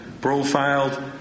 profiled